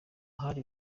hari